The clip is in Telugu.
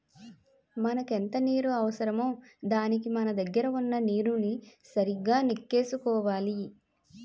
మనకెంత నీరు అవసరమో దానికి మన దగ్గర వున్న నీరుని సరిగా నెక్కేసుకోవాలి